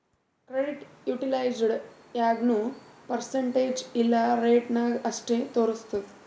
credit utilised ಯಾಗ್ನೂ percentage ಇಲ್ಲಾ ರೇಟ ನಾಗ್ ಅಷ್ಟೇ ತೋರುಸ್ತುದ್